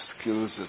skills